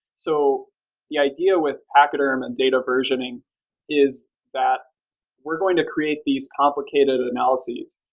so the idea with pachyderm and data versioning is that we're going to create these complicated analyses.